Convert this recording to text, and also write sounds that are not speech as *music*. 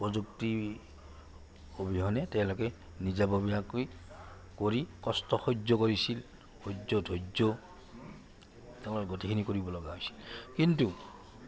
প্ৰযুক্তি অবিহনে তেওঁলোকে নিজাববীয়াকৈ কৰি কষ্ট সহ্য কৰিছিল *unintelligible* গোটেইখিনি কৰিব লগা হৈছিল কিন্তু